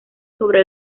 sobre